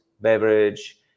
beverage